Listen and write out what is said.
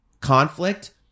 conflict –